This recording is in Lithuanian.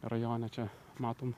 rajone čia matom